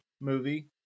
movie